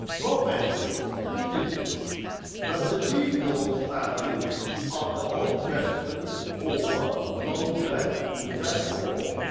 professes, and teaches that the legal statutes of the old testament, or mosaic mosaic law,